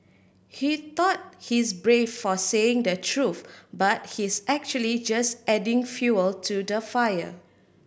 he thought he's brave for saying the truth but he's actually just adding fuel to the fire